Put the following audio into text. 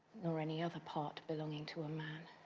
nor any other part belonging to a man.